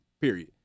period